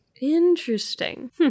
Interesting